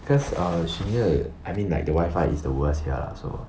cause uh she need to I mean like the wifi is the worst here so